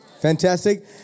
Fantastic